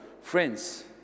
friends